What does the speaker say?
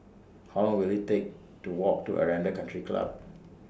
How Long Will IT Take to Walk to Aranda Country Club